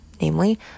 Namely